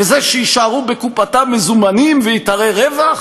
בזה שיישארו בקופתה מזומנים והיא תראה רווח